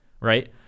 right